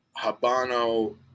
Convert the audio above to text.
Habano